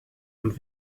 und